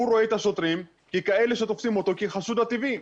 הוא רואה את השוטרים ככאלה שתופסים אותו כחשוד הטבעי.